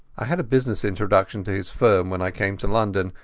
i had a business introduction to his firm when i came to london,